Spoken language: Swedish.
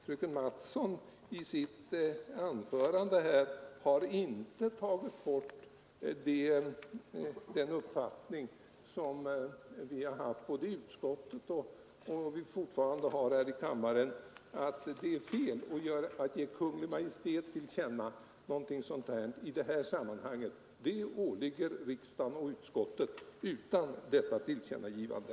Fröken Mattson har med sitt anförande inte tagit bort grunden för den uppfattning som vi har haft i utskottet och fortfarande har här i kammaren, nämligen att det är fel att ge Kungl. Maj:t till känna någonting sådant som majoriteten vill i det här sammanhanget. Det åligger riksdagen och utskottet att bedöma lagstiftningens verkan utan detta tillkännagivande.